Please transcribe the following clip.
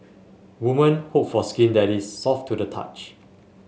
woman hope for skin that is soft to the touch